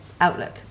outlook